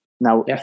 Now